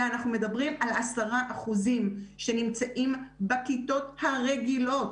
אלא אנחנו מדברים על 10% שנמצאים בכיתות הרגילות,